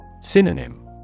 Synonym